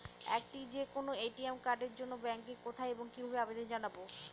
একটি যে কোনো এ.টি.এম কার্ডের জন্য ব্যাংকে কোথায় এবং কিভাবে আবেদন জানাব?